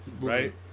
right